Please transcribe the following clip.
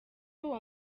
uwo